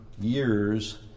years